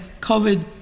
COVID